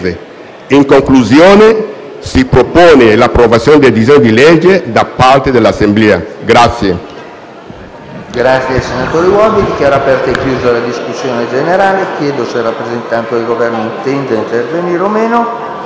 In conclusione, si propone l'approvazione del disegno di legge da parte dell'Assemblea.